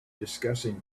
discussing